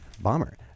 Bomber